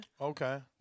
Okay